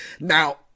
Now